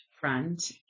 front